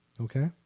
Okay